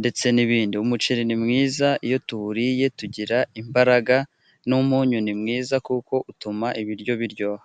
ndetse n'ibindi. Umuceri ni mwiza iyo tuwuriye tugira imbaraga n'umunyu ni mwiza kuko utuma ibiryo biryoha.